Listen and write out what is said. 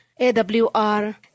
AWR